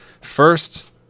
first